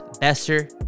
Besser